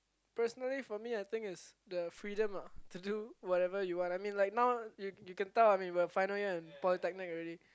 personally for me I think is the freedom lah to do whatever you want I mean like now you you can tell I mean final year in Polytechnic already